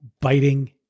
biting